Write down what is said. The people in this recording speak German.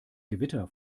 gewitter